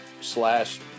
slash